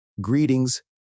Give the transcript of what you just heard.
Greetings